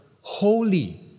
holy